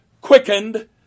quickened